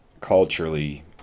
culturally